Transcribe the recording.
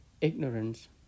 ignorance